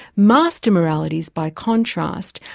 master moralities, by contrast,